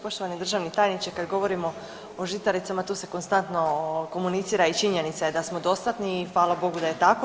Poštovani državni tajniče kad govorimo o žitaricama tu se konstantno komunicira i činjenica je da smo dostatni i hvala bogu da je tako.